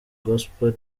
gospel